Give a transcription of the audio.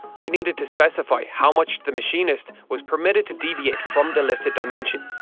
i need to specify how much the machinist was permitted to deviate from the listed dimension.